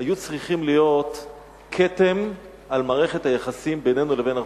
צריכה להיות כתם על מערכת היחסים בינינו לבין ארצות-הברית.